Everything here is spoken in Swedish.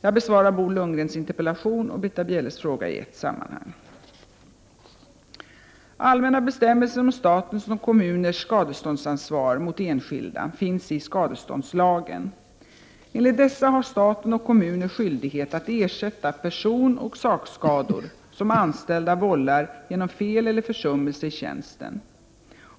Jag besvarar Bo Lundgrens interpellation och Britta Bjelles fråga i ett sammanhang. Allmänna bestämmelser om statens och kommuners skadeståndsansvar mot enskilda finns i skadeståndslagen. Enligt dessa har staten och kommuner skyldighet att ersätta personoch sakskador som anställda vållar genom fel eller försummelse i tjänsten.